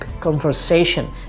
conversation